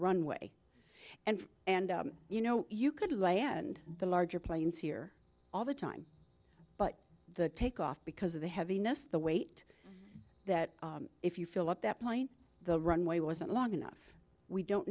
runway and and you know you could land the larger planes here all the time but the takeoff because of the heaviness the weight that if you fill up that plane the runway wasn't long enough we don't